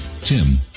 Tim